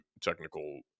Technical